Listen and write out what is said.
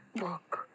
look